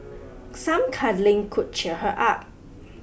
some cuddling could cheer her up